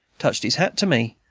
touched his hat to me,